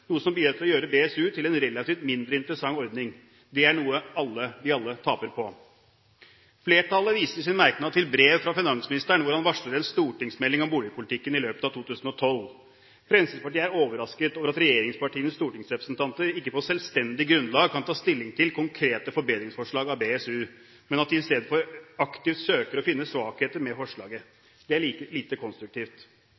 noe som bidrar til å gjøre BSU til en relativt mindre interessant ordning. Det er noe vi alle taper på. Flertallet viser i sin merknad til brev fra finansministeren hvor han varsler en stortingsmelding om boligpolitikken i løpet av 2012. Fremskrittspartiet er overrasket over at regjeringspartienes stortingsrepresentanter ikke på selvstendig grunnlag kan ta stilling til konkrete forbedringsforslag av BSU, men i stedet aktivt søker å finne svakheter med forslaget.